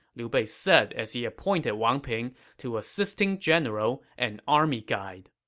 liu bei said as he appointed wang ping to assisting general and army guide